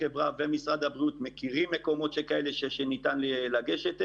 החברה ומשרד הבריאות מכירים מקומות כאלה שניתן לגשת אליהם.